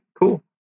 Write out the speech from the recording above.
cool